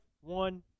one